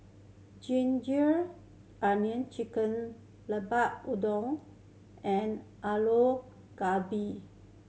ginger onion chicken Lemper Udang and Aloo Gobi